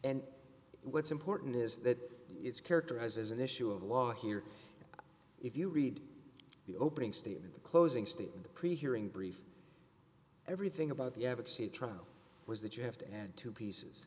and what's important is that it's characterized as an issue of law here if you read the opening statement the closing statement the pre hearing brief everything about the advocacy trial was that you have to add two pieces